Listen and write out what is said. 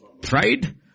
Pride